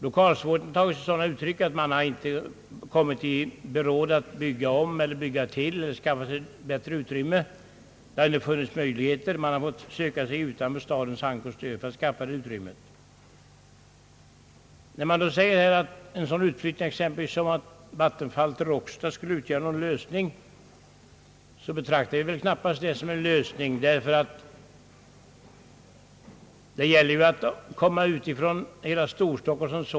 Lokalsvårigheterna har tagit sig sådana uttryck att det varit omöjligt att genom omeller tillbyggnader skaffa bättre utrymme. Man har därför fått söka sig utanför stadens hank och stör för att skaffa sig plats. Vattenfalls utflyttning till Råcksta, som nämnts i sammanhanget, kan knappast betraktas som ett exempel på statlig utflyttning från Stockholm. Det gäller att komma ut från hela Storstockholm.